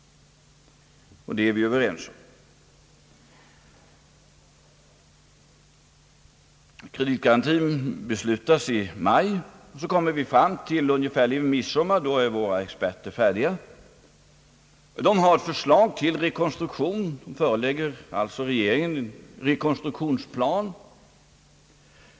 Och det är vi överens om. Kreditgarantin beslutas i maj, och så kommer vi fram till ungefär midsommar, Då är våra experter färdiga. De har förslag till rekonstruktion och förelägger regeringen en rekonstruktionsplan.